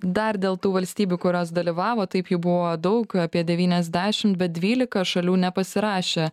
dar dėl tų valstybių kurios dalyvavo taip jų buvo daug apie devyniasdešim bet dvylika šalių nepasirašė